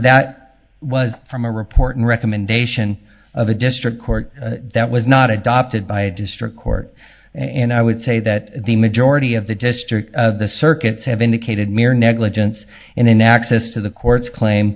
that was from a reporting recommendation of a district court that was not adopted by a district court and i would say that the majority of the district of the circuits have indicated mere negligence in an access to the court's claim